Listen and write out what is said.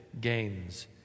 gains